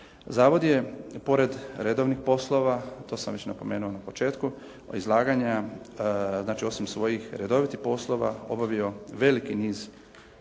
Zavod je pored redovnih poslova, to sam već napomenuo na početku izlaganja, znači osim svojih redovitih poslova obavio veliki niz izvanrednih